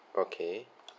okay